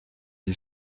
des